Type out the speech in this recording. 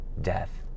death